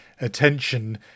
attention